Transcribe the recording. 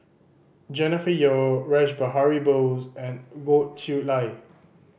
Jennifer Yeo Rash Behari Bose and Goh Chiew Lye